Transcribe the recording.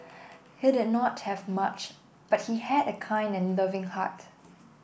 he did not have much but he had a kind and loving heart